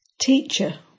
Teacher